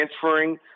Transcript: transferring